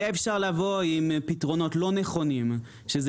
אפשר היה לבוא עם פתרונות לא נכונים שזה